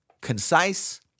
concise